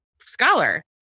scholar